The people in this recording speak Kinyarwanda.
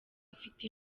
afite